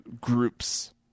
groups